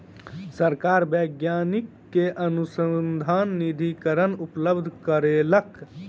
सरकार वैज्ञानिक के अनुसन्धान निधिकरण उपलब्ध करौलक